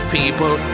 people